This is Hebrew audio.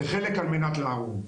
וחלק על מנת להרוג.